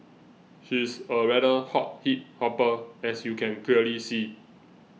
she is a rather hot hip hopper as you can clearly see